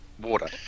Water